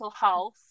health